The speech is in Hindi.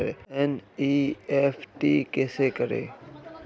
एन.ई.एफ.टी कैसे करें?